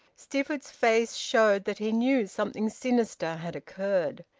stifford's face showed that he knew something sinister had occurred.